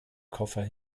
koffer